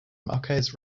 marques